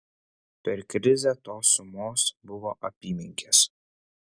per krizę tos sumos buvo apymenkės